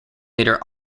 leader